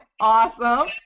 awesome